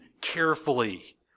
carefully